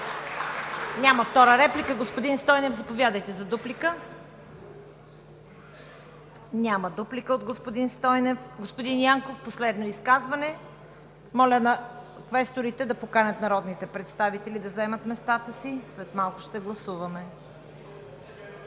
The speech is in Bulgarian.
Втора реплика? Няма. Господин Стойнев, заповядайте за дуплика. Няма да има дуплика от господин Стойнев. Господин Янков, последно изказване. Моля квесторите да поканят народните представители да заемат местата си, след малко ще гласуваме.